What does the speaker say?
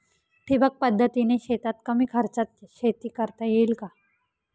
ठिबक पद्धतीने शेतात कमी खर्चात शेती करता येईल का?